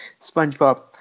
Spongebob